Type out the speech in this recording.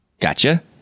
Gotcha